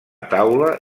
taula